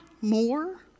more